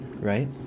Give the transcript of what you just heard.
right